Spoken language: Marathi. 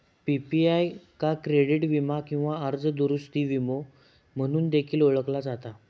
पी.पी.आय का क्रेडिट वीमा किंवा कर्ज दुरूस्ती विमो म्हणून देखील ओळखला जाता